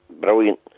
brilliant